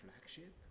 flagship